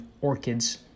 orchid's